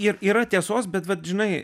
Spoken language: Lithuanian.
ir yra tiesos bet vat žinai